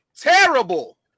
terrible